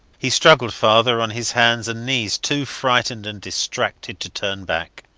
he struggled farther on his hands and knees, too frightened and distracted to turn back.